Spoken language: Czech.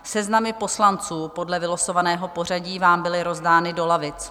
Seznamy poslanců podle vylosovaného pořadí vám byly rozdány do lavic.